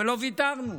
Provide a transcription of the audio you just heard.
ולא ויתרנו,